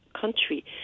country